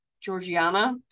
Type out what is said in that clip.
Georgiana